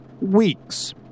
weeks